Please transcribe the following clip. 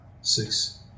six